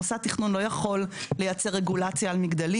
מוסד תכנון לא יכול לייצר רגולציה על מגדלים.